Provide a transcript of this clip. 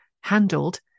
handled